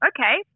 Okay